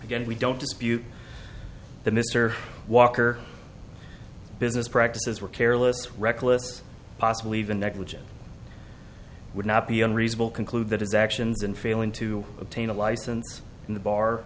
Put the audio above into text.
again we don't dispute that mr walker business practices were careless reckless possibly even negligent would not be unreasonable conclude that his actions in failing to obtain a license in the bar